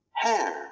hair